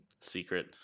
Secret